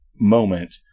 moment